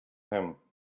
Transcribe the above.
him